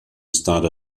stade